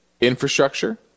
infrastructure